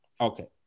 Okay